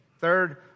Third